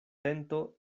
tento